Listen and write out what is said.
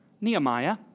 Nehemiah